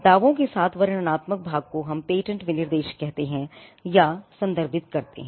दावों के साथ वर्णनात्मक भाग को हम पेटेंट विनिर्देश कहते हैं या संदर्भित करते हैं